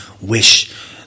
wish